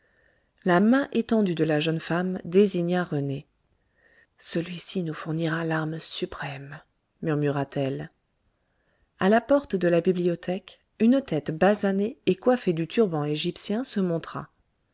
la main étendue de la jeune femme désigna rené celui-ci nous fournira l'arme suprême murmura-t-elle a la porte de la bibliothèque une tête basanée et coiffée du turban égyptien se montra